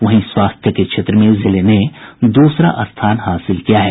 वहीं स्वास्थ्य के क्षेत्र में जिले ने दूसरा स्थान हासिल किया है